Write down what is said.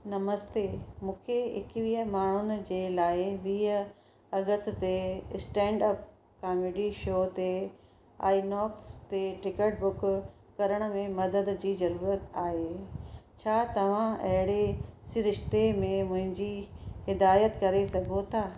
नमस्ते मूंखे एकवीह माण्हुनि जे लाह वीह अगस्त ते स्टैंडअप कॉमेडी शो ते आईनॉक्स ते टिकट बुक करण में मदद जी ज़रूरत आहे छा तव्हां ऐड़े सिरिश्ते में मुहिंजी हिदायतु करे सघो था